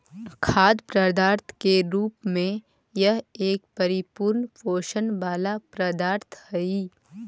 खाद्य पदार्थ के रूप में यह एक परिपूर्ण पोषण वाला पदार्थ हई